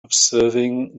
observing